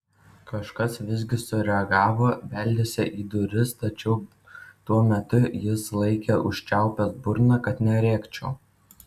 kažkas visgi sureagavo beldėsi į duris tačiau tuo metu jis laikė užčiaupęs burną kad nerėkčiau